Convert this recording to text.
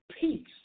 peace